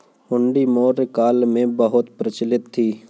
हुंडी मौर्य काल में बहुत प्रचलित थी